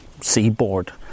seaboard